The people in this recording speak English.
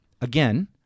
Again